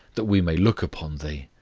that we may look upon thee.